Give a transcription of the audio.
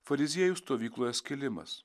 fariziejų stovykloje skilimas